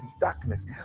darkness